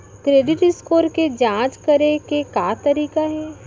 Credit score के जाँच करे के का तरीका हे?